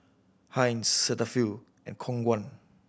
Heinz Cetaphil and Khong Guan